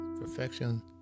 Perfection